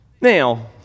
Now